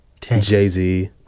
jay-z